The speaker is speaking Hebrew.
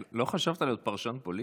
לא חשבת להיות פרשן פוליטי,